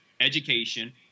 education